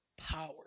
power